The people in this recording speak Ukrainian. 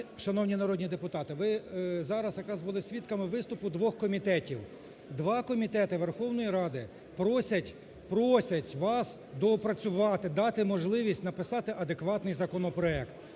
Шановні народні депутати, ви зараз якраз були свідками виступу двох комітетів. Два комітети Верховної Ради просять, просять вас доопрацювати, дати можливість написати адекватний законопроект.